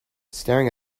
staring